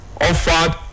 offered